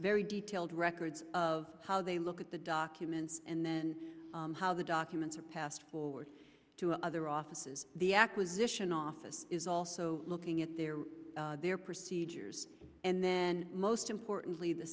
very detailed records of how they look at the documents and then how the documents are passed forward to other offices the acquisition office is also looking at their their procedures and then most importantly the